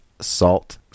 salt